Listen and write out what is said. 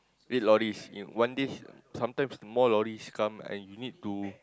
big lorries in one day sometimes more lorries come and you need to